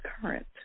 current